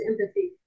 empathy